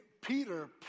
Peter